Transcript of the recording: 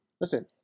Listen